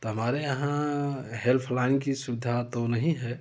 तो हमारे यहाँ हेल्प लाइन की सुविधा तो नहीं है